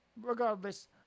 regardless